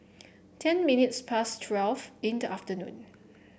ten minutes past twelve in the afternoon